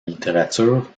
littérature